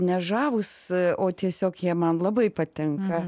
nežavūs o tiesiog jie man labai patinka